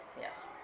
Yes